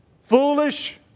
foolish